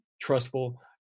Trustful